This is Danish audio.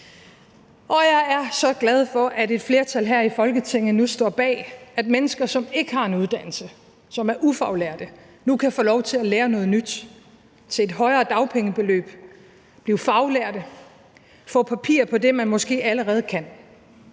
Og jeg er så glad for, at et flertal her i Folketinget nu står bag, at mennesker, som ikke har en uddannelse, som er ufaglærte, nu kan få lov til at lære noget nyt til et højere dagpengebeløb, blive faglærte, få papir på det, som de måske allerede kan.